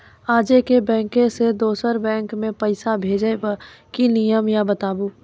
आजे के बैंक से दोसर बैंक मे पैसा भेज ब की नियम या बताबू?